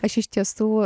aš iš tiesų